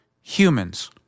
humans